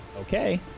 Okay